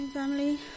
family